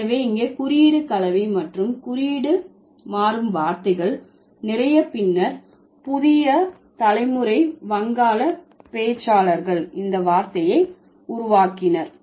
எனவே இங்கே குறியீடு கலவை மற்றும் குறியீடு மாறும் வார்த்தைகள் நிறைய பின்னர் புதிய தலைமுறை வங்காள பேச்சாளர்கள் இந்த வார்த்தையை உருவாக்கினார்